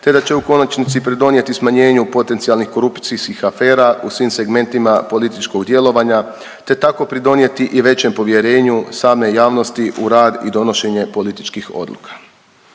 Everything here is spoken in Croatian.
te da će u konačnici pridonijeti smanjenju potencijalnih korupcijskih afera u svim segmentima političkog djelovanja, te tako pridonijeti i većem povjerenju same javnosti u rad i donošenje političkih odluka.